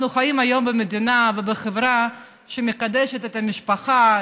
אנחנו חיים היום במדינה ובחברה שמקדשת את המשפחה,